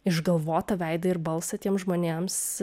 išgalvotą veidą ir balsą tiems žmonėms